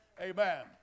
Amen